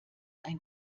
ein